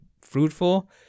fruitful